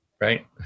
right